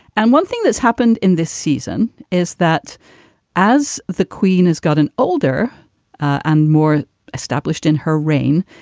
and one thing that's happened in this season is that as the queen has gotten older and more established in her reign,